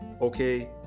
okay